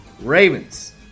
Ravens